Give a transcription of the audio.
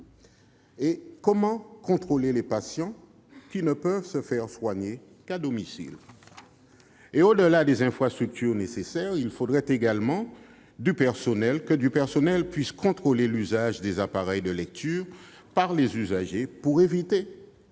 ? Comment contrôler les patients qui ne peuvent se faire soigner qu'à domicile ? Au-delà des infrastructures nécessaires, il faudrait également mobiliser du personnel pour contrôler l'utilisation des appareils de lecture par les usagers, afin d'éviter